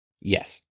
Yes